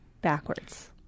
backwards